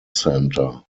center